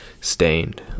stained